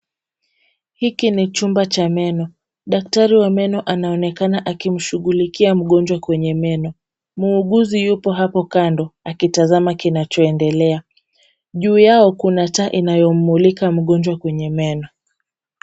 Hiki ni chumba cha meno. Daktari wa meno anaonekana akimshughulikia mgonjwa kwenye meno. Muuguzi yupo hapo kando akitazama kinachoendelea. Juu yao kuna taa inayomulika mgonjwa kwenye meno.